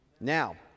Now